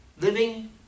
living